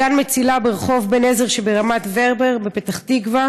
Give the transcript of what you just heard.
להורים בגן "מצילה" ברחוב בן-עזר שברמת-ורבר בפתח-תקווה